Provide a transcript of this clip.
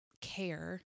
care